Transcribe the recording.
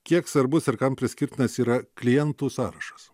kiek svarbus ir kam priskirtinas yra klientų sąrašas